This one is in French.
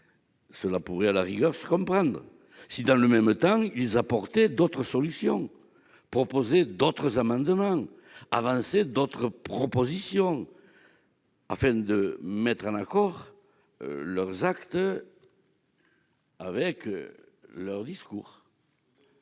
Cela pourrait à la rigueur se comprendre, si, dans le même temps, ils apportaient d'autres solutions, défendaient d'autres amendements, avançaient d'autres propositions, afin de mettre en accord leurs actes et leur discours.